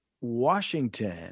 Washington